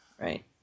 right